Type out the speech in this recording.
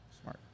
Smart